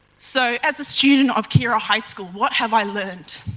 so, as a student of keira high school, what have i learnt?